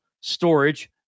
Storage